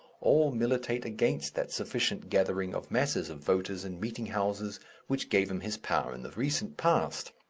all militate against that sufficient gathering of masses of voters in meeting-houses which gave him his power in the recent past.